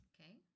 Okay